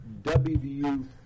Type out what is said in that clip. WVU